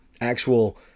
actual